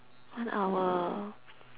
one hour